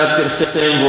והוא עומד מאחוריהם,